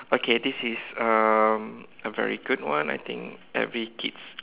okay this is um a very good one I think every kids